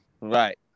Right